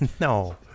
No